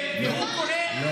והוא קורא לא,